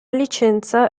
licenza